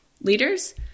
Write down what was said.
leaders